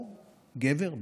או גבר,